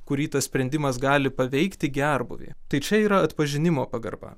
kurį tas sprendimas gali paveikti gerbūvį tai čia yra atpažinimo pagarba